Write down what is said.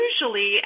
usually